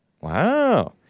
Wow